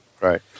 Right